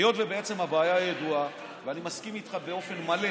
היות שהבעיה ידועה, ואני מסכים איתך באופן מלא